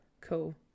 Cool